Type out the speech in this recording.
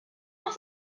noch